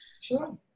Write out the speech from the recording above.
Sure